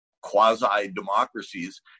quasi-democracies